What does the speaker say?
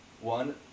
One